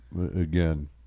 again